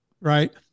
right